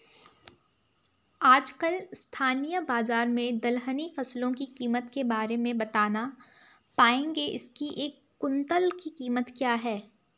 आजकल स्थानीय बाज़ार में दलहनी फसलों की कीमत के बारे में बताना पाएंगे इसकी एक कुन्तल की कीमत क्या है?